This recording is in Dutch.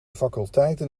faculteiten